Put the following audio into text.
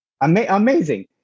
Amazing